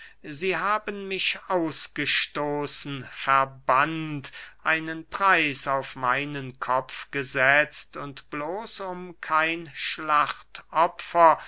sie haben mich ausgestoßen verbannt einen preis auf meinen kopf gesetzt und bloß um kein